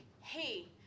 hey